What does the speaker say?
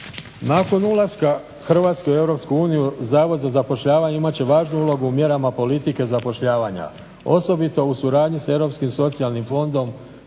Nakon ulaska Hrvatske u Europsku uniju Zavod za zapošljavanje imat će važnu ulogu u mjerama politike zapošljavanja, osobito u suradnji s Europskim socijalnim fondom